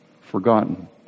forgotten